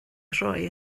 roi